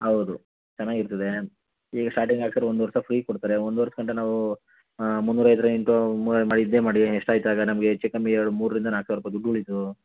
ಹೌದು ಚೆನ್ನಾಗಿರ್ತದೆ ಈಗ ಸ್ಟಾರ್ಟಿಂಗ್ ಹಾಕ್ಸಿರೆ ಒಂದು ವರ್ಷ ಫ್ರೀ ಕೊಡ್ತಾರೆ ಮುಂದ್ವರ್ಸ್ಕೊಂಡ್ರೆ ನಾವು ಮುನ್ನೂರ ಐದು ಮಾಡಿ ಎಷ್ಟಾಯ್ತು ಆಗ ನಮಗೆ ಹೆಚ್ಚು ಕಮ್ಮಿ ಎರಡು ಮೂರರಿಂದ ನಾಲ್ಕು ಸಾವಿರ ರೂಪಾಯಿ ದುಡ್ಡು ಉಳೀತು